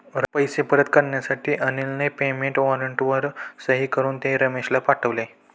पैसे परत करण्यासाठी अनिलने पेमेंट वॉरंटवर सही करून ते रमेशला पाठवले